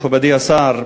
מכובדי השר,